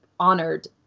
honored